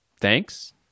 Thanks